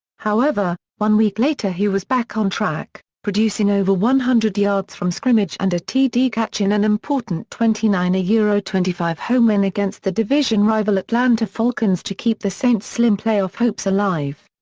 however, one week later he was back on track, producing over one hundred yards from scrimmage and a td catch in an important twenty nine yeah twenty five home win against the division rival atlanta falcons to keep the saints' slim playoff hopes alive.